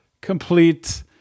complete